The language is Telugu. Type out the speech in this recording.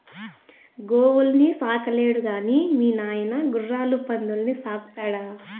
గోవుల్ని సాకలేడు గాని మీ నాయన గుర్రాలు పందుల్ని సాకుతాడా